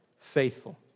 faithful